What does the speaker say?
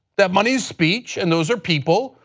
that money is speech and those are people,